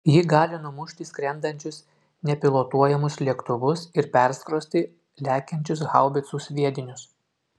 ji gali numušti skrendančius nepilotuojamus lėktuvus ir perskrosti lekiančius haubicų sviedinius